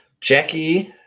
Jackie